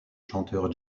chanteur